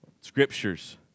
scriptures